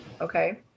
Okay